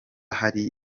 hariho